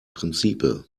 príncipe